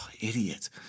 idiot